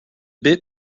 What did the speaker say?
bit